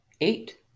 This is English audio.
Eight